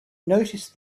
noticed